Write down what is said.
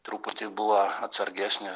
truputį buvo atsargesni